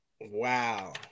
Wow